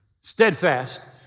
steadfast